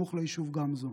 סמוך ליישוב גמזו.